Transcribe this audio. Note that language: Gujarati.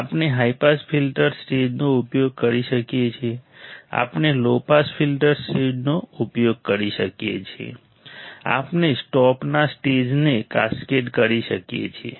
આપણે હાઇ પાસ ફિલ્ટર સ્ટેજનો ઉપયોગ કરી શકીએ છીએ આપણે લો પાસ ફિલ્ટર સ્ટેજનો ઉપયોગ કરી શકીએ છીએ આપણે સ્ટોપના સ્ટેજને કાસ્કેડ કરી શકીએ છીએ